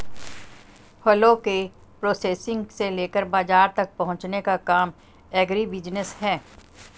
फलों के प्रोसेसिंग से लेकर बाजार तक पहुंचने का काम एग्रीबिजनेस है